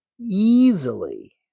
Easily